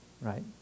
right